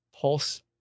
pulse